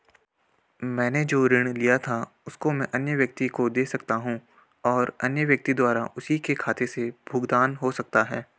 मैंने जो ऋण लिया था उसको मैं अन्य व्यक्ति को दें सकता हूँ और अन्य व्यक्ति द्वारा उसी के खाते से भुगतान हो सकता है?